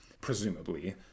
presumably